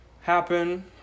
Happen